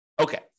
Okay